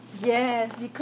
yes because